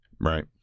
right